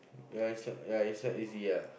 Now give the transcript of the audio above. ya it's not ya it's not easy ah